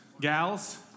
gals